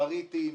בריטים,